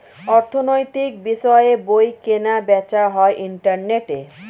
অর্থনৈতিক বিষয়ের বই কেনা বেচা হয় ইন্টারনেটে